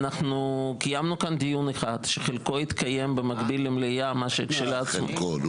אנחנו קיימנו כאן דיון אחד שחלקו התקיים במקביל למליאה --- מעט חלקו.